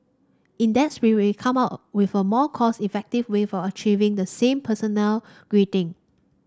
in that spirit we've come up with a more cost effective way of achieving the same personnel greeting